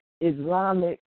Islamic